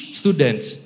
students